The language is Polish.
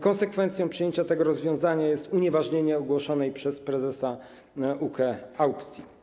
Konsekwencją przyjęcia tego rozwiązania jest unieważnienie ogłoszonej przez prezesa UKE aukcji.